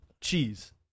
Cheese